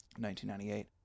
1998